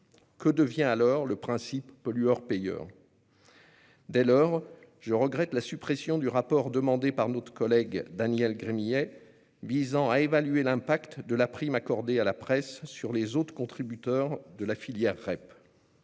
Que devient alors le principe pollueur-payeur ? Dès lors, je regrette la suppression du rapport demandé par notre collègue Daniel Gremillet visant à évaluer l'impact de la prime accordée à la presse sur les autres contributeurs de la filière REP.